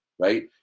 right